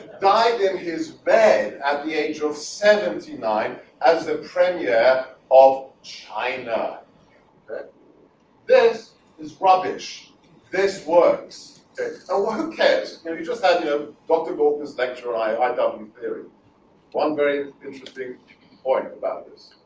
died in his bed at the age of seventy nine as the premier of china this is rubbish this works if i won cash and you just had your pocketbook inspector i i done with theory one very interesting point about this